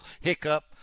hiccup